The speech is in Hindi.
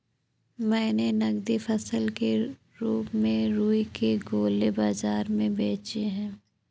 मैंने नगदी फसल के रूप में रुई के गोले बाजार में बेचे हैं